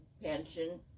pension